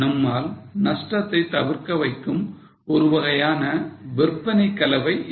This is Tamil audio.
நம்மால் நஷ்டத்தை தவிர்க்க வைக்கும் ஒருவகையான விற்பனை கலவை இது